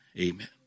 Amen